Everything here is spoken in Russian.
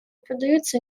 поддаются